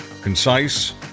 concise